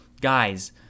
guys